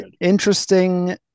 interesting